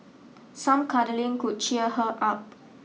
some cuddling could cheer her up